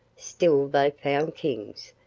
still they found kings,